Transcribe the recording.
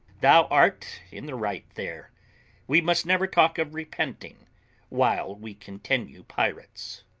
thou art in the right there we must never talk of repenting while we continue pirates.